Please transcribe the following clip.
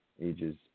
ages